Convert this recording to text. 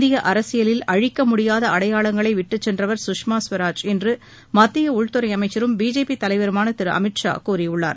இந்திய அரசியலில் அழிக்க முடியாத அடையாளங்களை விட்டுச் சென்றவர் சுஷ்மா ஸ்வராஜ் என்று மத்திய உள்துறை அமைச்சரும் பிஜேபி தலைவருமான திரு அமித்ஷா கூறியுள்ளார்